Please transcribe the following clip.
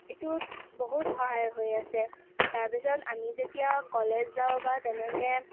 এইটোত বহুত সহায় হৈ আছে তাৰপিছত আমি যেতিয়া কলেজ যাওঁ বা তেনেকৈ